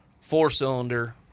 four-cylinder